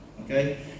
okay